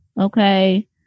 Okay